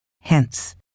Hence